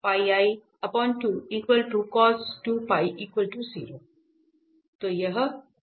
तो यह है